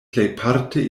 plejparte